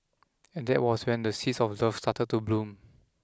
and that was when the seeds of love started to bloom